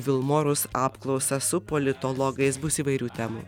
vilmorus apklausą su politologais bus įvairių temų